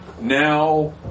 now